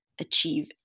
achieve